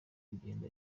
kugenda